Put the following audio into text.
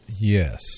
Yes